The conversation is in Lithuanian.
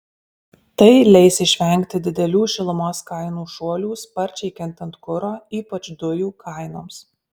tai leis išvengti didelių šilumos kainų šuolių sparčiai kintant kuro ypač dujų kainoms